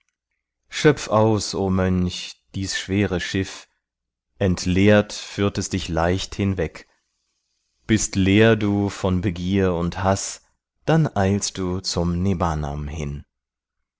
o mönch dies schwere schiff entleert führt es dich leicht hinweg bist leer du von begier und haß dann eilst du zum nibbnam hin